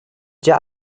jar